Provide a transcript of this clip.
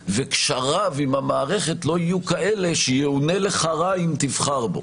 וקשריו עם המערכת לא יהיו כאלה שיאונה לך רע אם תבחר בו.